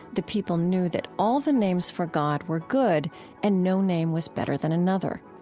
the people knew that all the names for god were good and no name was better than another.